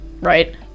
right